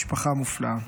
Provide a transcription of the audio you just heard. משפחה מופלאה.